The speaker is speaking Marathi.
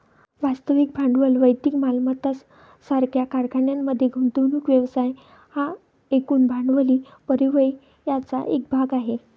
वास्तविक भांडवल भौतिक मालमत्ता सारख्या कारखान्यांमध्ये गुंतवणूक व्यवसाय हा एकूण भांडवली परिव्ययाचा एक भाग आहे